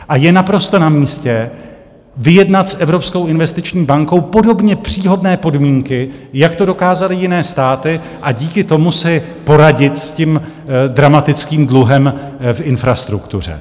A je naprosto na místě vyjednat s Evropskou investiční bankou podobně příhodné podmínky, jak to dokázaly jiné státy, a díky tomu si poradit s tím dramatickým dluhem v infrastruktuře.